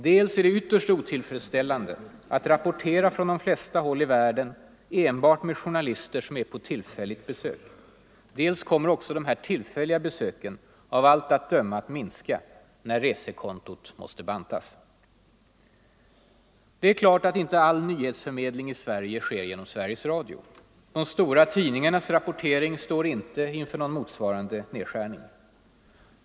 Dels är det ytterst otillfredsställande att rapportera från de flesta håll i världen enbart med journalister som är på tillfälligt besök. Dels kommer också dessa tillfälliga besök av allt att döma att minska när resekontot måste bantas. Det är klart att inte all nyhetsförmedling i Sverige sker genom Sveriges Radio. De stora tidningarnas rapportering står inte inför någon motsva rande nedskärning.